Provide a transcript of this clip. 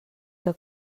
que